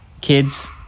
kids